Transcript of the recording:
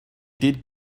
did